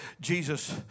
Jesus